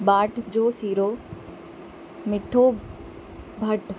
बाट जो सीरो मिठो भत